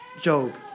Job